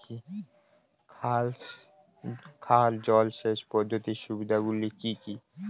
খাল জলসেচ পদ্ধতির সুবিধাগুলি কি কি?